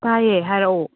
ꯇꯥꯏꯌꯦ ꯍꯥꯏꯔꯛꯑꯣ